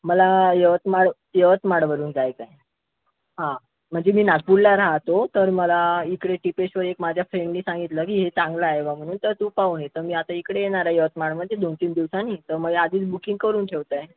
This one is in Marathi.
मला यवतमाळ यवतमाळवरून जायचं आहे हां म्हणजे मी नागपूरला राहतो तर मला इकडे टिपेश्वर एक माझ्या फ्रेंडने सांगितलं की हे चांगलं आहे बा म्हणून तर तू पाहून ये तर मी आता इकडे येणार आहे यवतमाळमध्ये दोन तीन दिवसांनी तर मग ए आधीच बुकिंग करून ठेवत आहे